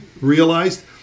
realized